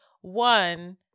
one